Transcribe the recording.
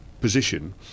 position